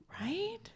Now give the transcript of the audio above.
right